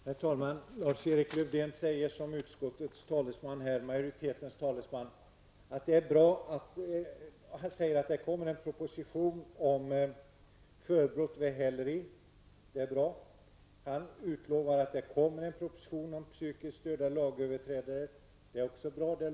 Herr talman! Lars-Erik Lövdén säger som utskottsmajoritetens talesman här att det kommer en proposition om förbrott vid häleri. Det är bra. Han utlovar att det kommer en proposition om psykiskt störda lagöverträdare. Det löftet är också bra.